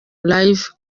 live